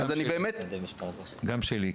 גם שלי,